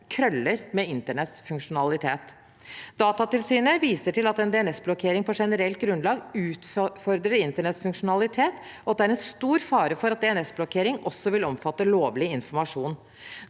krøller med internetts funksjonalitet. Datatilsynet viser til at en DNS-blokkering på generelt grunnlag utfordrer internettets funksjonalitet, og at det er en stor fare for at DNS-blokkering også vil omfatte lovlig informasjon.